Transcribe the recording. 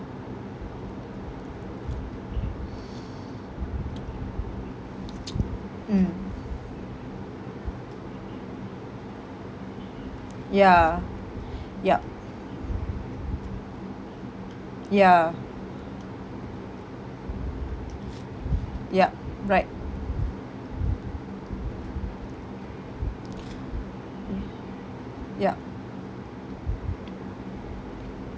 mm ya yup ya yup right ya